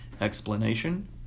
Explanation